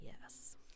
Yes